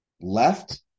left